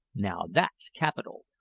now, that's capital!